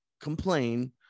complain